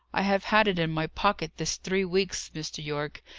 i have had it in my pocket this three weeks, mr. yorke,